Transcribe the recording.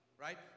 right